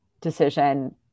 decision